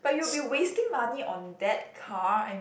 but you'll be wasting money on that car I'm